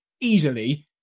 easily